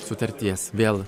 sutarties vėl